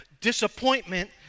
Disappointment